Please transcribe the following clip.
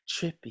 trippy